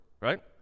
right